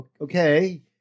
Okay